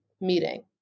meeting